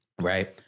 Right